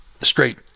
straight